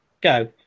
go